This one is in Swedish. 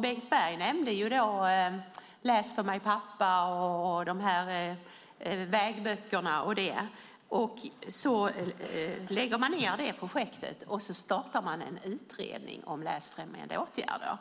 Bengt Berg nämnde Läs för mig pappa! och vägböckerna. Man lägger ned det projektet och har en utredning om läsfrämjande åtgärder.